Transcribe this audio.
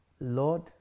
Lord